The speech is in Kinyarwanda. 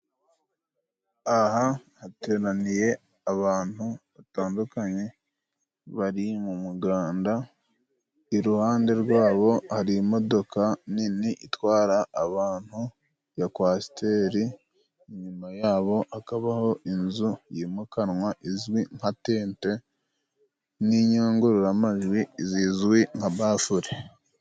Aha hateraniye abantu batandukanye bari mu muganda, iruhande rwabo hari imodoka nini itwara abantu ya kwasiteri ,inyuma yabo hakabaho inzu yimukanwa izwi nka tente n'inyungururamajwi zizwi nka bafure.